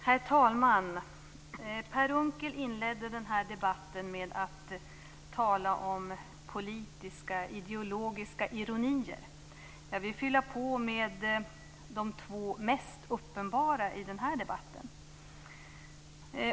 Herr talman! Per Unckel inledde debatten med att tala om politisk-ideologiska ironier. Jag vill fylla på med de två mest uppenbara i den här debatten.